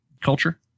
culture